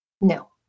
No